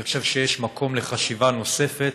אני חושב שיש מקום לחשיבה נוספת